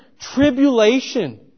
tribulation